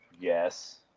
Yes